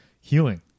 healing